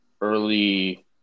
Early